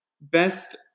best